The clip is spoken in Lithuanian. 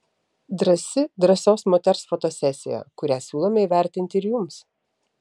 drąsi drąsios moters fotosesija kurią siūlome įvertinti ir jums